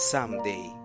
Someday